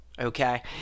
Okay